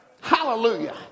Hallelujah